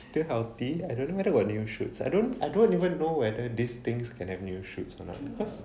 still healthy I don't know whether got new shoots I don't I don't even know whether these things can have new shoots or not because